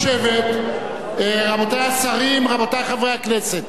רבותי השרים, רבותי חברי הכנסת, נא לשבת.